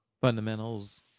Fundamentals